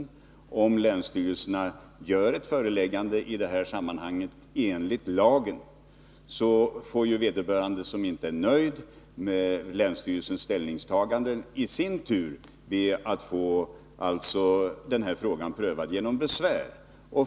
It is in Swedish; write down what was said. Om en länsstyrelse enligt lagen gör ett ingripande i dessa sammanhang, får den som inte är nöjd med länsstyrelsens ställningstagande i sin tur anhålla om att få frågan prövad genom besvär.